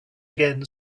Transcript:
again